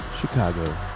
Chicago